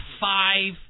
five